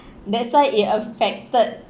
that's why it affected